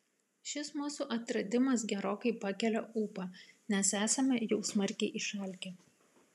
šis mūsų atradimas gerokai pakelia ūpą nes esame jau smarkiai išalkę